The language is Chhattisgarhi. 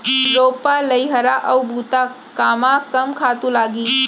रोपा, लइहरा अऊ बुता कामा कम खातू लागही?